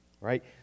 Right